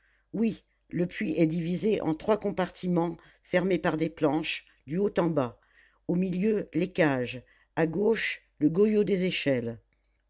oui le puits est divisé en trois compartiments fermés par des planches du haut en bas au milieu les cages à gauche le goyot des échelles